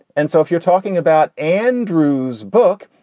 and so if you're talking about andrew's book,